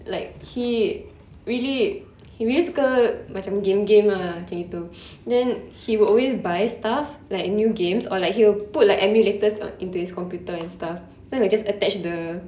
like he really he really suka macam game game lah macam gitu then he will always buy stuff like new games or like he'll put like emulators uh into his computer and stuff then you just attach the